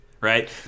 right